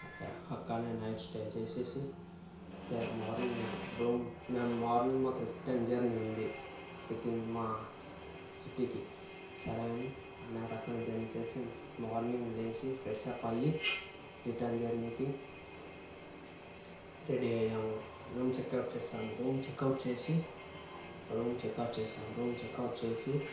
అక్కడనే night stay చేసి తే మార్నింగ్ రూమ్ రేపు మార్నింగ్ మాకు రిటర్న్ జర్నీ ఉంది సీటీ మా మా సిటీకి సరే అని నైట్ అక్కడనే స్టే చేసి మార్నింగ్ లేచి ఫ్రెష్ అప్ అయ్యి రిటర్న్ జర్నీకి రెడీ అయ్యాము రూమ్ చెక్అవుట్ చేసాము రూమ్ చెక్అవుట్ చేసి రూమ్ చెక్అవుట్ చేసాం రూమ్ చెక్అవుట్ చేసి